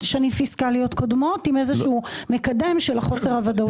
פיסקליות קודמות עם איזשהו מקדם של חוסר הוודאות הכלכלי.